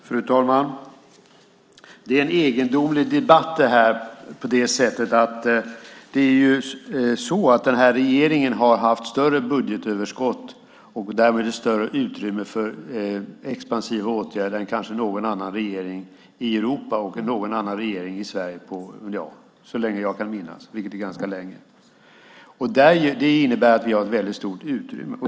Fru talman! Det är en egendomlig debatt det här. Regeringen har haft ett större budgetöverskott och därmed ett större utrymme för expansiva åtgärder än kanske någon annan regering i Europa och någon annan regering i Sverige så länge jag kan minnas, vilket är ganska länge. Det innebär att vi har ett stort utrymme.